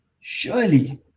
Surely